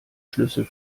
schlüssel